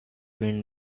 wind